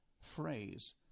phrase